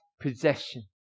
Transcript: possession